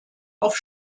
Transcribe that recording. auf